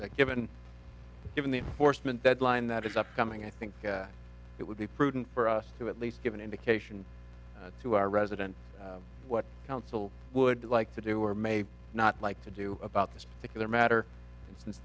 that given given the enforcement deadline that is upcoming i think it would be prudent for us to at least give an indication to our resident what council would like to do or may not like to do about this particular matter and since